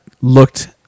looked